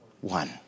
One